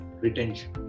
retention